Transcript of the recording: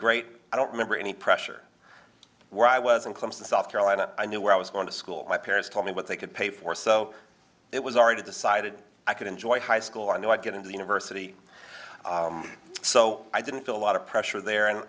great i don't remember any pressure where i wasn't close to south carolina i knew where i was going to school my parents told me what they could pay for so it was already decided i could enjoy high school i knew i'd get into university so i didn't feel a lot of pressure there and